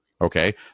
Okay